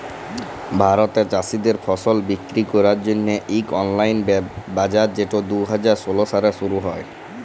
ভারতে চাষীদের ফসল বিক্কিরি ক্যরার জ্যনহে ইক অললাইল বাজার যেট দু হাজার ষোল সালে শুরু হ্যয়